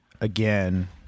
Again